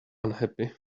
unhappy